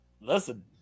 Listen